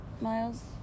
miles